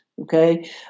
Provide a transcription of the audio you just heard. okay